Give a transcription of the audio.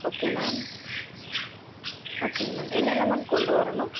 okay ma'am ஓகேங்க ma'am என்னென்ன ma'am கொண்டு வரணும்